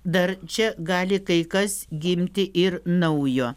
dar čia gali kai kas gimti ir naujo